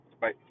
bye